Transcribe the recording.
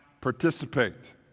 participate